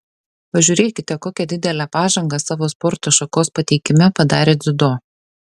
pažiūrėkite kokią didelę pažangą savo sporto šakos pateikime padarė dziudo